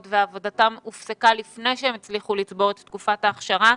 ועבודתם הופסקה לפני שהם הצליחו לצבור את תקופת ההכשרה,